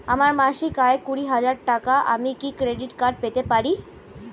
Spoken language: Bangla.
আমার মাসিক আয় কুড়ি হাজার টাকা আমি কি ক্রেডিট কার্ড পেতে পারি?